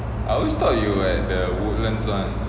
I always thought you at the woodlands one